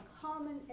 common